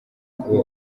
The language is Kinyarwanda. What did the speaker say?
kuba